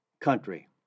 country